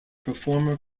performer